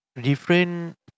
different